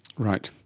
right.